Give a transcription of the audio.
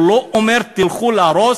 הוא לא אומר: תלכו להרוס.